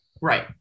Right